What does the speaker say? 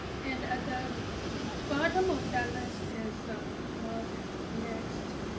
and at the bottom of that list is marc next,